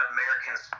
Americans